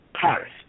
Paris